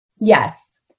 yes